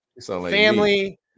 family